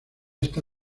esta